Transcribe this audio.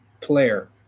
player